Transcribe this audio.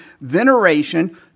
veneration